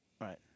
Right